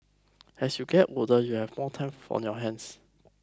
as you get older you have more time for on your hands